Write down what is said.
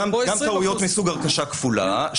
גם טעויות מסוג הרכשה כפולה,